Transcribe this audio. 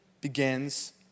begins